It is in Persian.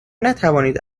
نتوانید